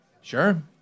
Sure